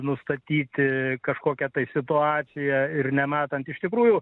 nustatyti kažkokią tai situaciją ir nematant iš tikrųjų